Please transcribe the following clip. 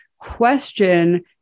question